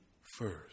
first